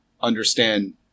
understand